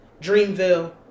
Dreamville